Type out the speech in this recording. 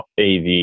AV